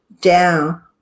down